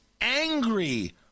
angry